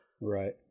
right